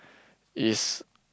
is